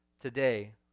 today